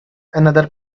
another